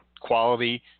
quality